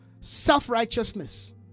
self-righteousness